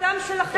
האדם שלכם,